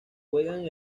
juegan